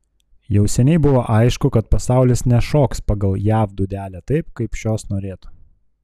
jau seniai buvo aišku kad pasaulis nešoks pagal jav dūdelę taip kaip šios norėtų